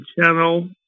channel